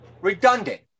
redundant